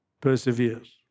perseveres